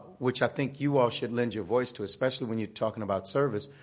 which i think you all should lend your voice to, especially when you're talking about service.